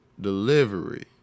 delivery